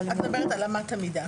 את מדברת על אמת המידה.